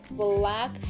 black